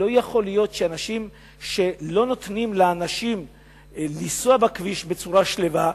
לא יכול להיות שאנשים שלא נותנים לאנשים לנסוע בכביש בצורה שלווה,